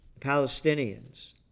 Palestinians